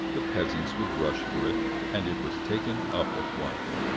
the peasants would rush for it and it was taken up at once,